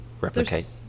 replicate